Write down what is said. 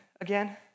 again